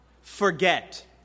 forget